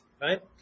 right